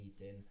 eating